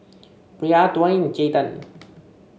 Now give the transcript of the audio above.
Brea Dwain and Jayden